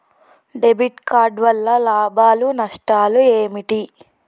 Debit card వల్ల లాభాలు నష్టాలు ఏమిటి?